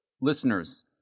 listeners